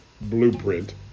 blueprint